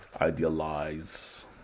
idealize